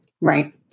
Right